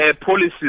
policies